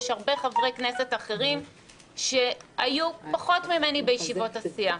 יש הרבה חברי כנסת אחרים שהיו פחות ממני בישיבות הסיעה.